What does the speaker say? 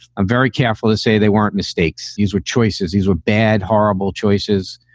a very careful to say they weren't mistakes. these were choices. these were bad, horrible choices,